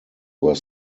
were